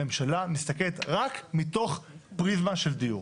הממשלה מסתכלת רק מתוך פריזמה של דיור.